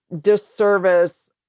disservice